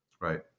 right